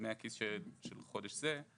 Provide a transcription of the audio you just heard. דמי הכיס של חודש זה,